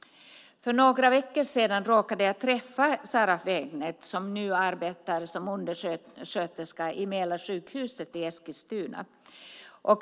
För några veckor sedan råkade jag träffa Sarah Wägnert, som nu arbetar som undersköterska på Mälarsjukhuset i Eskilstuna.